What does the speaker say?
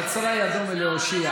קצרה ידו מלהושיע.